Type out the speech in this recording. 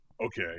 Okay